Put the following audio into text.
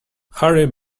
harry